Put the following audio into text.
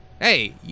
Hey